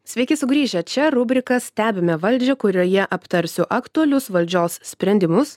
sveiki sugrįžę čia rubrika stebime valdžią kurioje aptarsiu aktualius valdžios sprendimus